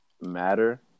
matter